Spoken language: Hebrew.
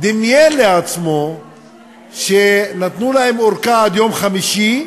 דמיין לעצמו שנתנו להם ארכה עד יום חמישי,